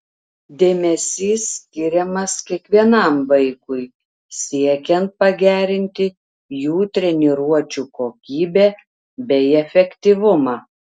dėmesys skiriamas kiekvienam vaikui siekiant pagerinti jų treniruočių kokybę bei efektyvumą